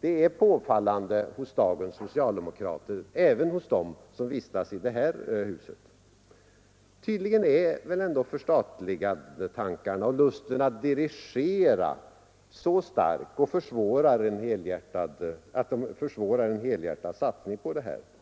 är påfallande hos dagens socialdemokrater — även hos dem som vistas i det här huset. Tydligen är förstatligandetankarna och lusten att dirigera så starka att det försvårar en helhjärtad satsning på det här området.